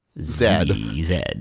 Z-Z